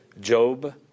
Job